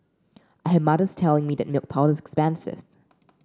I had mothers telling me that milk powder is expensive